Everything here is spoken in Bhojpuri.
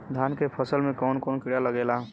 धान के फसल मे कवन कवन कीड़ा लागेला?